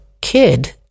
kid